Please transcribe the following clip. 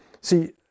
See